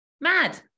Mad